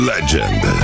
Legend